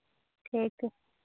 ठीक है